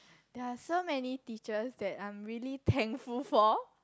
there are so many teachers that I really thankful for